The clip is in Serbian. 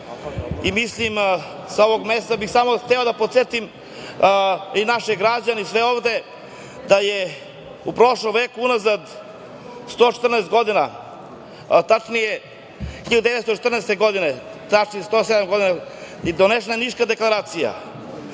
i sa ovog mesta bih samo hteo da podsetim i naše građane i sve ovde da je u prošlom veku unazad 114 godina, tačnije 1914. godine, tačnije 107 godina, donesena je Niška deklaracija